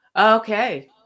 Okay